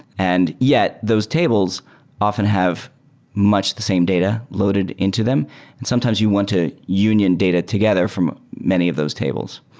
and yet those tables often have much the same data loaded into them and sometimes you want to union data together from many of those tables.